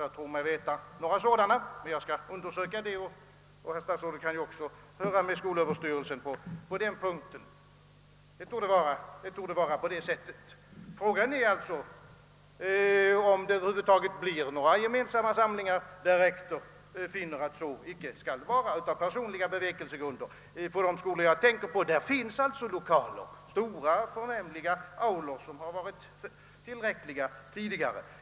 Jag tror mig känna till några sådana, men jag skall undersöka saken närmare, och herr statsrådet kan också höra med skolöverstyrelsen på den punkten. Frågan är alltså om det över huvud taget blir några gemensamma samlingar, där rektor på personliga bevekelsegrunder finner att sådana icke skall anordnas. I de skolor jag tänker på finns det lokaler för ändamålet — stora, förnämliga aulor, som har varit tillräckliga tidigare.